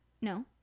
No